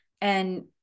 And-